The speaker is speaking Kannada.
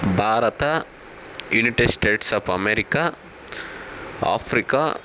Bharat united states of America Africa